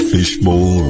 Fishbowl